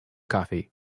coffee